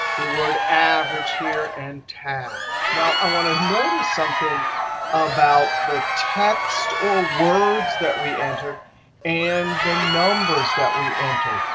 the word average here and tab. now, i want to notice something about the text or words that we entered and the numbers that we entered.